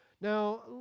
Now